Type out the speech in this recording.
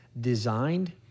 designed